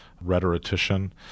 rhetorician